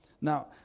Now